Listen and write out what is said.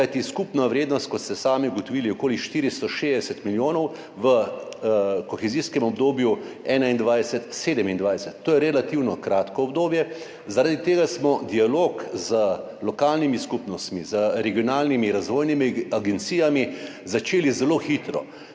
kajti skupna vrednost, kot ste sami ugotovili, je okoli 460 milijonov v kohezijskem obdobju 2021–2027. To je relativno kratko obdobje, zaradi tega smo dialog z lokalnimi skupnostmi, z regionalnimi razvojnimi agencijami začeli zelo hitro,